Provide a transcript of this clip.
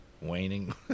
waning